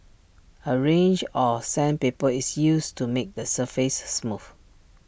A range of sandpaper is used to make the surface smooth